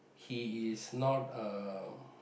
he is not uh